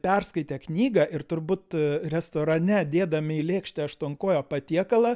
perskaitę knygą ir turbūt restorane dėdami į lėkštę aštuonkojo patiekalą